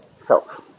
self